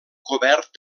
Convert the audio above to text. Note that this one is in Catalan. cobert